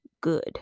good